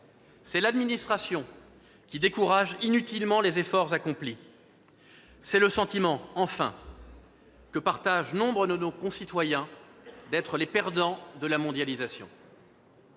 C'est l'administration, qui décourage inutilement les efforts accomplis. C'est le sentiment, enfin, que partagent nombre de nos concitoyens, d'être les perdants de la mondialisation.